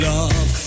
Love